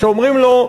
כשאומרים לו: